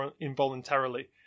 involuntarily